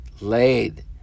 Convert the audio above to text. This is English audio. laid